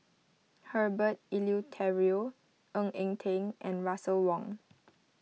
Herbert Eleuterio Ng Eng Teng and Russel Wong